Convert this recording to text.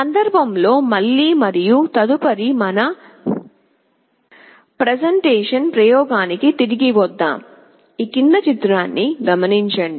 సందర్భంలో మళ్ళీ మరియు తదుపరి మన ప్రెజెంటేషన్ ప్రయోగానికి తిరిగి వద్దాం